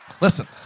Listen